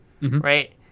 right